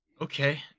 Okay